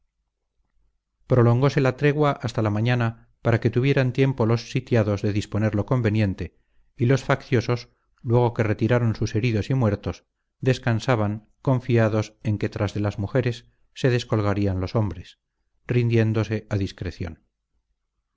bajando prolongose la tregua hasta la mañana para que tuvieran tiempo los sitiados de disponer lo conveniente y los facciosos luego que retiraron sus heridos y muertos descansaban confiados en que tras de las mujeres se descolgarían los hombres rindiéndose a discreción